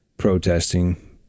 protesting